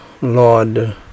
Lord